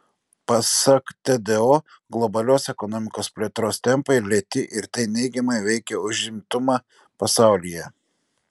pasak tdo globalios ekonomikos plėtros tempai lėti ir tai neigiamai veikia užimtumą pasaulyje